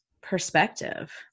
perspective